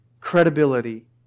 credibility